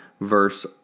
verse